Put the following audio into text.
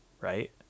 right